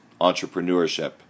entrepreneurship